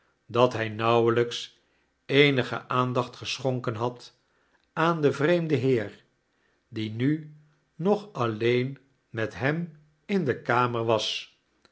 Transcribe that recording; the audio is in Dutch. dat hij nauwelijks eenige aandacht geschonken had aan den vreemden heer die nu nog alleen met hem in de kamer was